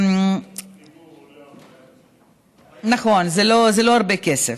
החיבור עולה, נכון, זה לא הרבה כסף.